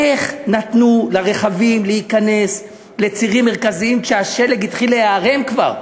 איך נתנו לרכבים להיכנס לצירים מרכזיים כשהשלג התחיל להיערם כבר?